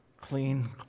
clean